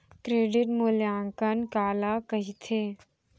Credit मूल्यांकन काला कहिथे?